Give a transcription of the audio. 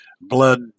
blood